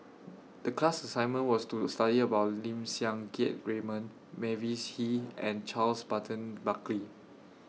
The class assignment was to study about Lim Siang Keat Raymond Mavis Hee and Charles Burton Buckley